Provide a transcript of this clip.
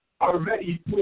already